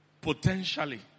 potentially